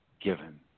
given